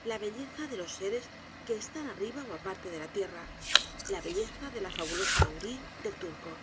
la belleza de los seres que están arriba ó aparte de la tierra la belleza de la fabulosa hurí del t u r c o